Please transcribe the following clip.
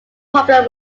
problem